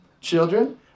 Children